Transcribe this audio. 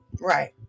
right